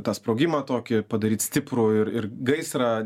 tą sprogimą tokį padaryt stiprų ir gaisrą